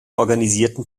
organisierten